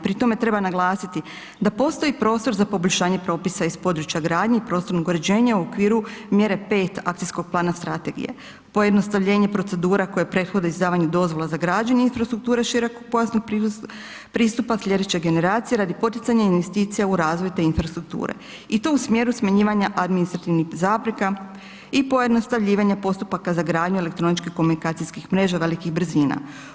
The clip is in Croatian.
Pri tome treba naglasiti da postoji prostor za poboljšanje propisa iz područja gradnje i prostornog uređenja u okviru mjere 5. akcijskog plana strategije, pojednostavljenje procedura koje prethode izdavanju dozvola za građenje infrastrukture širokopojasnog pristupa slijedeće generacije radi poticanja investicija u razvoj te infrastrukture i to u smjeru smanjivanja administrativnih zapreka i pojednostavljivanje postupaka za gradnju elektroničko-komunikacijskih mreža velikih brzina.